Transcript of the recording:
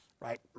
right